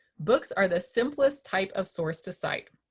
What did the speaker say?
books are the simplest type of source to cite.